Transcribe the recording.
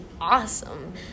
awesome